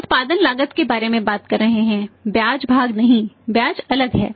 हम उत्पादन लागत के बारे में बात कर रहे हैं ब्याज भाग नहीं ब्याज अलग है